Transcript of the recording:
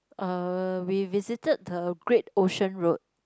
uh we visited the Great Ocean Road